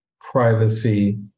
privacy